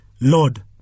Lord